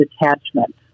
attachment